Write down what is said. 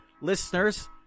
Listeners